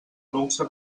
luxe